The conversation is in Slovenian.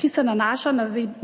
ki se nanašajo